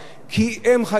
"כי הם חיינו".